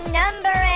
number